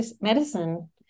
medicine